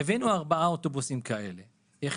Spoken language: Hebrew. הבאנו ארבעה אוטובוסים כאלה כדי לראות איך זה עובד.